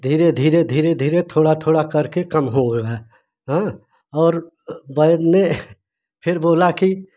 धीरे धीरे धीरे धीरे थोड़ा थोड़ा कर के कम हो रहा है वैद्य ने फिर बोला कि